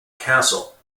castle